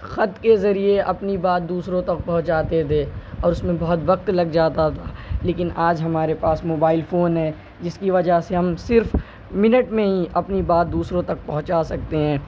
خط کے ذریعے اپنی بات دوسروں تک پہنچاتے تھے اور اس میں بہت وقت لگ جاتا تھا لیکن آج ہمارے پاس موبائل فون ہے جس کی وجہ سے ہم صرف منٹ میں ہی اپنی بات دوسروں تک پہنچا سکتے ہیں